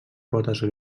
potes